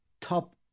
top